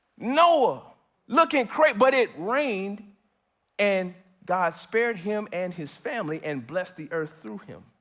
noah looking crazy, but it rained and god spared him and his family and blessed the earth through him.